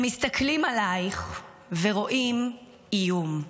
הם מסתכלים עלייך ורואים איום.